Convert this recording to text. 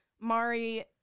Mari